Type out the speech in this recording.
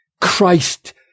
Christ